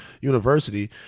University